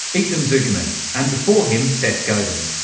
ethan zuckerman. and before him, seth godin.